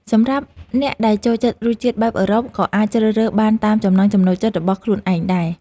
សម្រាប់អ្នកដែលចូលចិត្តរសជាតិបែបអឺរ៉ុបក៏អាចជ្រើសរើសបានតាមចំណង់ចំណូលចិត្តរបស់ខ្លួនឯងដែរ។